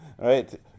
Right